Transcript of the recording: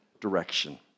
direction